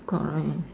correct